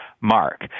mark